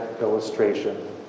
illustration